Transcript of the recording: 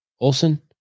Olson